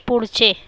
पुढचे